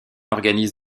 organise